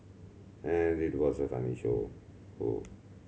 and it was a funny show